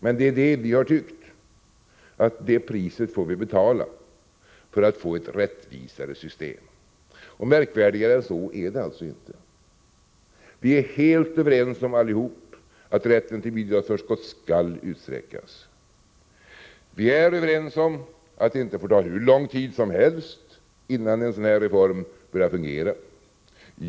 Men vi har tyckt att det priset får vi betala för att få ett rättvisare system. Märkvärdigare än så är det alltså inte. Vi är alla helt överens om att rätten till bidragsförskott skall utsträckas. Vi är överens om att det inte får ta hur lång tid som helst innan en sådan här reform börjar fungera.